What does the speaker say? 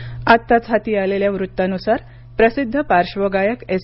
निधन आत्ताच हाती आलेल्या वृत्तानुसार प्रसिद्ध पार्श्वगायक एस